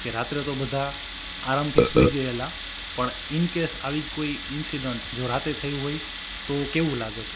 કે રાત્રે તો બધા આરામથી સૂઈ ગયેલા પણ ઈનકેસ આવી જ કોઈ ઈનસિડન્ટ જો રાત્રે થયું હોય તો કેવું લાગત